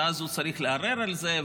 ואז הוא צריך לערער על זה,